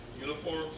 uniforms